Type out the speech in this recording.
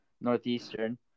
Northeastern